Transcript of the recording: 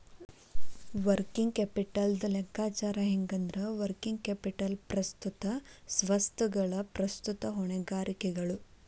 working ಕ್ಯಾಪಿಟಲ್ದ್ ಲೆಕ್ಕಾಚಾರ ಹೆಂಗಂದ್ರ, ವರ್ಕಿಂಗ್ ಕ್ಯಾಪಿಟಲ್ ಪ್ರಸ್ತುತ ಸ್ವತ್ತುಗಳು ಪ್ರಸ್ತುತ ಹೊಣೆಗಾರಿಕೆಗಳು